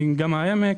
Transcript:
גם העמק.